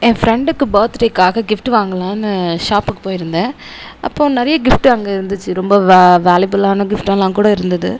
என் ஃப்ரெண்டுக்கு பர்த்டேக்காக கிஃப்ட் வாங்கலான்னு ஷாப்க்கு போயிருந்தேன் அப்போது நிறைய கிஃப்ட் அங்கே இருந்துச்சு ரொம்ப வே வேலியபுலான கிஃப்ட்டெல்லாம் கூட இருந்தது